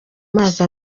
mazi